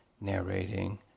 narrating